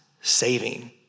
saving